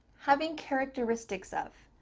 having characteristics of.